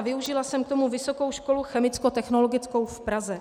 Využila jsem k tomu Vysokou školu chemickotechnologickou v Praze.